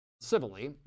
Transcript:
civilly